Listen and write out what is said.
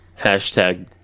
Hashtag